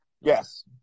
Yes